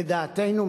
לדעתנו,